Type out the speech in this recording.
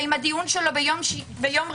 ואם הדיון שלו ביום ראשון,